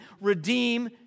redeem